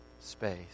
space